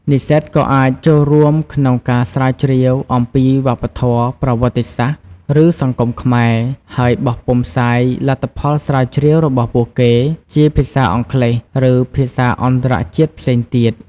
និស្សិតក៏អាចចូលរួមក្នុងការស្រាវជ្រាវអំពីវប្បធម៌ ប្រវត្តិសាស្ត្រ ឬសង្គមខ្មែរ ហើយបោះពុម្ពផ្សាយលទ្ធផលស្រាវជ្រាវរបស់ពួកគេជាភាសាអង់គ្លេស ឬភាសាអន្តរជាតិផ្សេងទៀត។